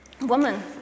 woman